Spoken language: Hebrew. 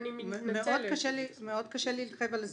מאוד קשה לי להתחייב על זמנים.